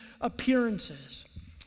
appearances